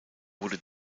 wurde